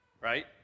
right